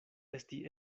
esti